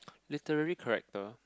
literally character